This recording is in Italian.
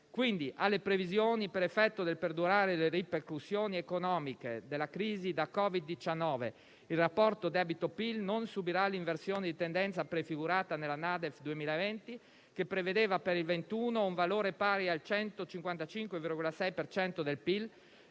Quindi, alle previsioni per effetto del perdurare delle ripercussioni economiche della crisi da Covid-19, il rapporto debito-PIL non subirà l'inversione di tendenza prefigurata nella NADEF 2020, che prevedeva per il 2021 un valore pari al 155,6 per